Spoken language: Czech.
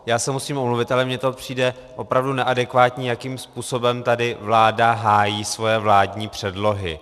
Já se musím omluvit, ale mně přijde opravdu neadekvátní, jakým způsobem tady vláda hájí svoje vládní předlohy.